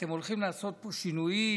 אתם הולכים לעשות פה שינויים,